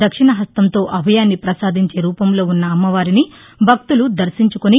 దక్షిణ హస్తంతో అభయాన్ని ప్రసాదించే రూపంలో ఉన్న అమ్మవారిని భక్తులు దర్శించుకుని